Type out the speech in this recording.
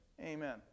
Amen